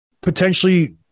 potentially